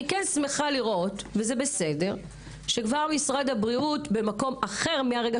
אני שמחה לראות שמשרד הבריאות כבר במקום אחר מהרגע